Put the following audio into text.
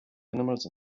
animals